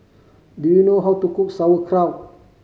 do you know how to cook Sauerkraut